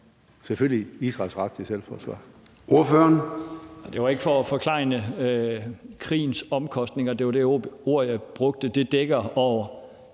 selvfølgelig Israels ret til selvforsvar.